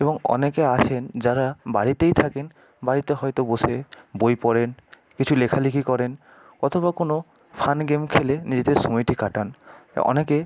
এবং অনেকে আছেন যারা বাড়িতেই থাকেন বাড়িতে হয়তো বসে বই পড়েন কিছু লেখা লেখি করেন অথবা কোনো ফান গেম খেলে নিজেদের সময়টি কাটান অনেকে